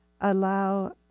allow